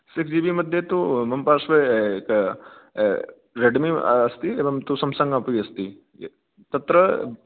six GB मध्ये तु मम पार्श्वे रेड्मि अस्ति एवं तु सम्सङ्ग् अपि अस्ति तत्र